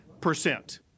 percent